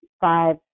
five